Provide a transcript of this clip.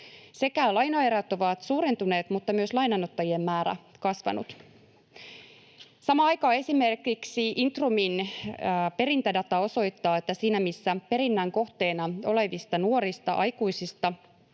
Sekä lainaerät ovat suurentuneet että myös lainanottajien määrä on kasvanut. Samaan aikaan esimerkiksi Intrumin perintädata osoittaa, että siinä missä perinnän kohteena olevista nuorista aikuisista